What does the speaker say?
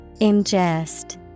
ingest